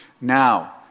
Now